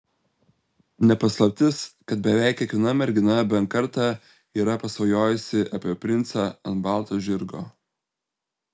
ne paslaptis kad beveik kiekviena mergina bent kartą yra pasvajojusi apie princą ant balto žirgo